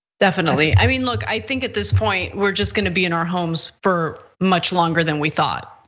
definitely. i mean, look, i think at this point, we're just gonna be in our homes for much longer than we thought.